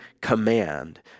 command